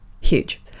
Huge